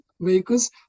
vehicles